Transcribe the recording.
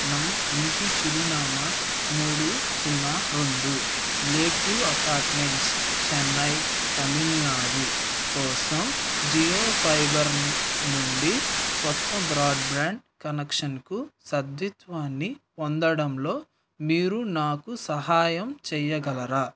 నా ఇంటి చిరునామా మూడు సున్నా రెండు lake view apartments Chennai Tamil Nadu కోసం జియోఫైబర్ నుండి కొత్త బ్రాడ్బ్రాండ్ కనెక్షన్కు సభ్యత్వాన్ని పొందడంలో మీరు నాకు సహాయం చేయగలరా